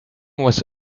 was